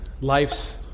life's